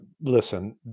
listen